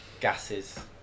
gases